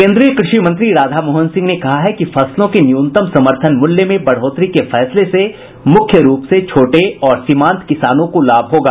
केन्द्रीय कृषि मंत्री राधामोहन सिंह ने कहा है कि फसलों के न्यूनतम समर्थन मूल्य में बढ़ोतरी के फैसले से मुख्य रूप से छोटे और सीमांत किसानों को लाभ होगा